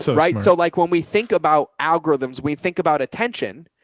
so right? so like, when we think about algorithms, we think about attention,